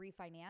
refinance